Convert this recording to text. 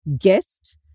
Guest